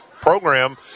program